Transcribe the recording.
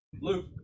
Luke